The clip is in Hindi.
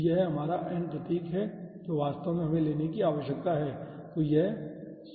तो यह हमारा n प्रतीक है जो वास्तव में हमें लेने की आवश्यकता है